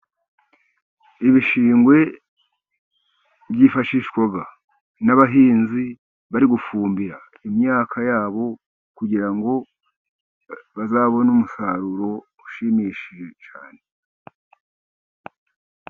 Ibishingwe byifashishwa n'abahinzi bari gufumbira imyaka ya bo, kugira ngo bazabone umusaruro ushimishije cyane.